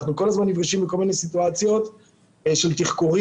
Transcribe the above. אנחנו כל הזמן נפגשים בכל מיני סיטואציות של תחקורים,